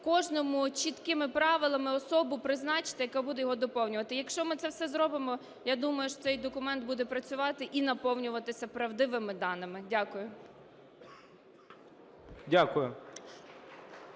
кожному чіткими правилами особу призначити, яка буде його доповнювати. Якщо ми це все зробимо, я думаю, що цей документ буде працювати і наповнюватися правдивими даними. Дякую.